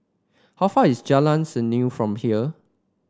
how far is Jalan Serengam from here